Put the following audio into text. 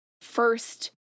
first